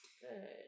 Good